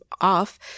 off